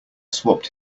swapped